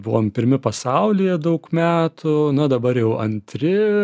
buvom pirmi pasaulyje daug metų na dabar jau antri